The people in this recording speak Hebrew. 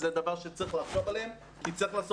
אז זה דבר שצריך לחשוב עליו כי צריך לעשות